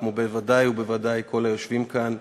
כמו בוודאי ובוודאי כל היושבים כאן.